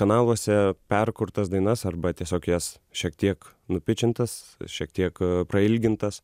kanaluose perkurtas dainas arba tiesiog jas šiek tiek nupičintas šiek tiek prailgintas